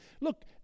Look